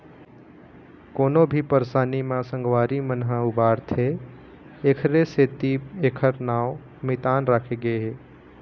कोनो भी परसानी म संगवारी मन ह उबारथे एखरे सेती एखर नांव मितान राखे गे हे